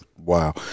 Wow